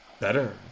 better